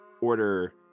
order